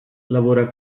lavora